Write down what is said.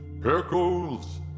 Pickles